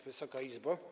Wysoka Izbo!